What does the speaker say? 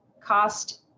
cost